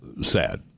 Sad